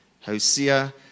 Hosea